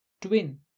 twin